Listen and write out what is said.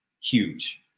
huge